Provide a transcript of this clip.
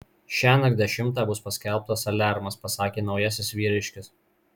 šiąnakt dešimtą bus paskelbtas aliarmas pasakė naujasis vyriškis